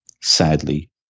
Sadly